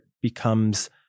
becomes